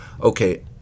okay